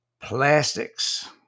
plastics